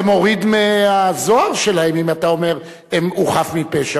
כי זה מוריד מהזוהר שלהם אם אתה אומר: הוא חף מפשע.